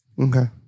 Okay